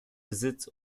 besitz